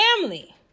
family